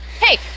hey